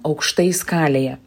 aukštai skalėje